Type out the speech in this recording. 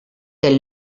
del